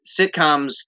sitcoms